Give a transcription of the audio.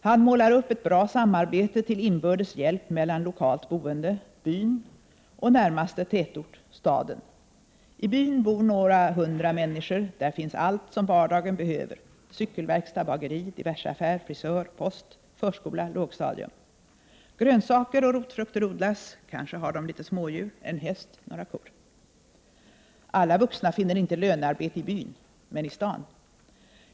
Han målar upp ett bra samarbete till inbördes hjälp mellan lokalt boende — byn — och närmaste tätort — staden. I byn bor några hundra människor; där finns allt som vardagen behöver, cykelverkstad, bageri, diverseaffär, frisör, post, förskola och lågstadium. Grönsaker och rotfrukter odlas, kanske har de litet smådjur, en häst, några kor. Alla vuxna finner inte lönearbete i byn, men i staden.